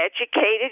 educated